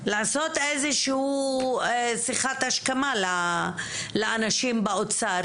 לעשות איזה שהוא שיחת השכמה לאנשים באוצר,